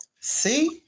See